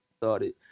started